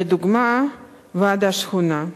לדוגמה לוועד השכונה.